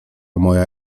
moja